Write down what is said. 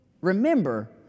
remember